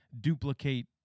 duplicate